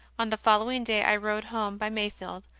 on the following day i rode home by mayfield,